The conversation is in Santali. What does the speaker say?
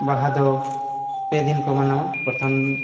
ᱵᱟᱦᱟ ᱫᱚ ᱯᱮ ᱫᱤᱱ ᱠᱚ ᱢᱟᱱᱟᱣᱟ ᱯᱨᱚᱛᱷᱚᱢ